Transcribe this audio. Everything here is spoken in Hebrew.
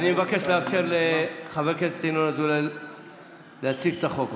אני מבקש לאפשר לחבר הכנסת ינון אזולאי להציג את החוק.